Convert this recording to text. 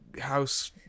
house